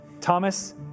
Thomas